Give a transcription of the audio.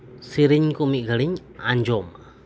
ᱥᱤᱨᱤᱧ ᱠᱩ ᱢᱤᱫ ᱜᱷᱟᱹᱲᱤᱡ ᱤᱧ ᱟᱸᱡᱚᱢᱟ